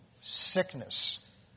sickness